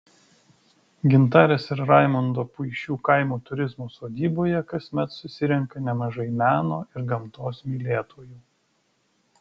gintarės ir raimondo puišių kaimo turizmo sodyboje kasmet susirenka nemažai meno ir gamtos mylėtojų